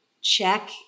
check